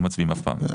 לא מצביעים אף פעם.